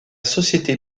société